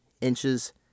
inches